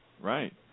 Right